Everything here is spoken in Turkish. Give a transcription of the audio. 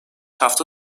hafta